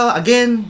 again